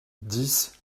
dix